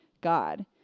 God